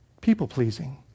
people-pleasing